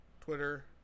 Twitter